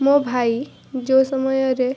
ମୋ ଭାଇ ଯେଉଁ ସମୟରେ